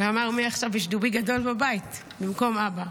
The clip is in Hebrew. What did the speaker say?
ואמר: מעכשיו יש דובי גדול בבית במקום אבא.